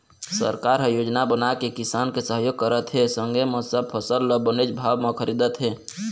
सरकार ह योजना बनाके किसान के सहयोग करत हे संगे म सब फसल ल बनेच भाव म खरीदत हे